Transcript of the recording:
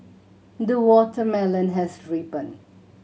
the watermelon has